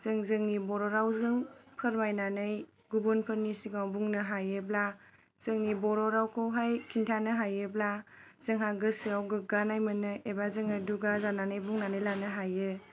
जों जोंनि बर' रावजों फोरमायनानै गुबुनफोरनि सिगाङाव बुंनो हायोब्ला जोंनि बर' रावखौहाय खिन्थानो हायोब्ला जोंहा गोसोआव गोग्गानाय मोनो एबा जोङो दुगा जानानै बुंनानै लानो हायो